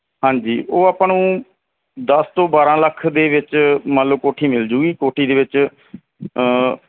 ਹਾਂਜੀ ਉਹ ਆਪਾਂ ਨੂੰ ਦਸ ਤੋਂ ਬਾਰਾਂ ਲੱਖ ਦੇ ਵਿੱਚ ਮੰਨ ਲਓ ਕੋਠੀ ਮਿਲ ਜਾਊਗੀ ਕੋਠੀ ਦੇ ਵਿੱਚ